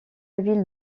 ville